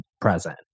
present